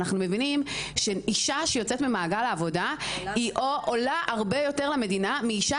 אנחנו מבינים שאישה שיוצאת ממעגל העבודה עולה הרבה יותר למדינה מאישה